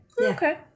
Okay